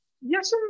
Yes